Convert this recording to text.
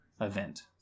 event